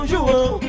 João